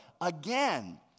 Again